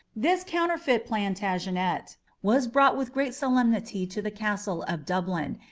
this counterfeit plantagenet was brought with great solemnity to the castle of dublin,